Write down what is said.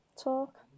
talk